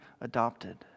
adopted